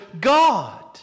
God